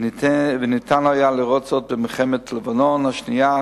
וניתן היה לראות זאת במלחמת לבנון השנייה,